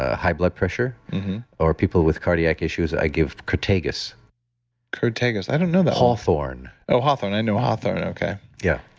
ah high blood pressure or people with cardiac issues, i give crataegus crataegus, i don't know that one hawthorn oh, hawthorn, i know hawthorn. okay yeah.